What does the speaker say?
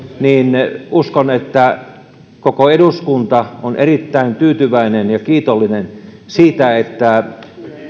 niin uskon että koko eduskunta on erittäin tyytyväinen ja kiitollinen siitä että